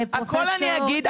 הכל אני אגיד,